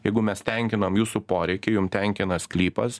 jeigu mes tenkinam jūsų poreikį jum tenkina sklypas